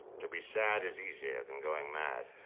to be sad is easier than going mad.